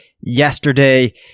Yesterday